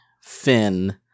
Finn